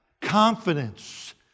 confidence